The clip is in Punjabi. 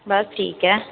ਬਸ ਠੀਕ ਹੈ